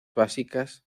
básicas